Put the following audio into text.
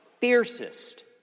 fiercest